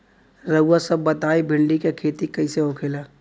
रउआ सभ बताई भिंडी क खेती कईसे होखेला?